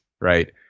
right